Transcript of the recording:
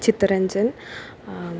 Chittaranjan